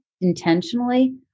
intentionally